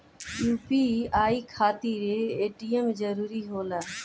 UPI खातिर ATM जरूरी होला?